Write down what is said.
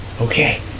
Okay